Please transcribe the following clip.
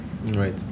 Right